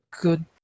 good